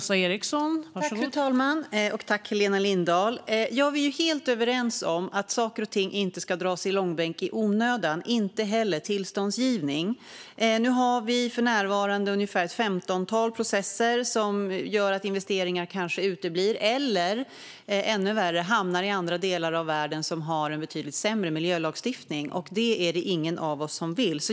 Fru talman! Vi är helt överens om att saker och ting inte ska dras i långbänk i onödan, inte heller tillståndsgivning. För närvarande har vi ett femtontal processer som gör att investeringar kanske uteblir eller, ännu värre, hamnar i andra delar av världen som har en betydligt sämre miljölagstiftning. Det är det ingen av oss som vill.